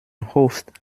hofft